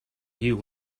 you